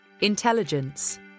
Intelligence